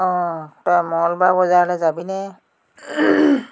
অঁ তই মংগলবাৰ বজাৰলৈ যাবিনে